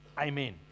Amen